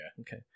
okay